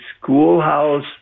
schoolhouse